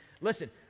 listen